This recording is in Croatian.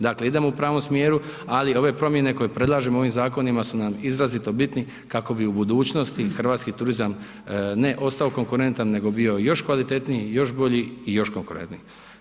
Dakle, idemo u pravom smjeru, ali ove promjene koje predlažemo ovim zakonima su nam izrazito bitni kako bi u budućnosti hrvatski turizam ne ostao konkurentan, nego bio još kvalitetniji, još bolji i još konkurentniji.